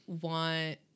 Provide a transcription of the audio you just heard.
want